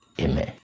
Amen